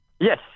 Yes